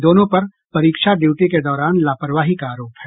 दोनों पर परीक्षा ड्यूटी के दौरान लापरवाही का आरोप है